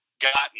gotten